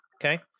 okay